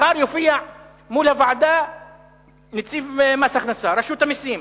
מחר יופיע מול הוועדה נציב מס הכנסה, רשות המסים,